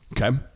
Okay